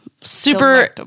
super